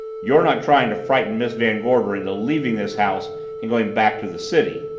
you're not trying to frighten miss van gorder into leaving this house and going back to the city?